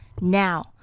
Now